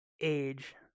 age